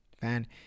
fan